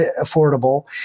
affordable